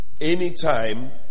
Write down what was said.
Anytime